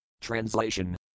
Translation